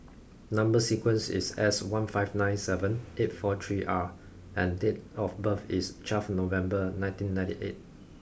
number sequence is S one five nine seven eight four three R and date of birth is twelve November nineteen ninety eight